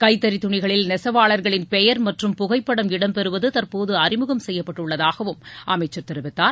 கைத்தறி துணிகளில் நெசவாளர்களின் பெயர் மற்றும் புகைப்படம் இடம்பெறுவது தற்போது அறிமுகம் செய்யப்பட்டுள்ளதாகவும் அமைச்சர் தெரிவித்தார்